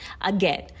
again